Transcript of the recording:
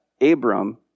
Abram